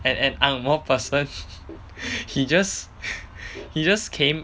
an an ang moh person he just he just came